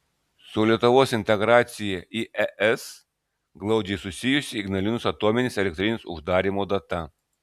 su lietuvos integracija į es glaudžiai susijusi ignalinos atominės elektrinės uždarymo data